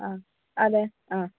ആ അതെ ആ